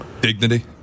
Dignity